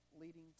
leading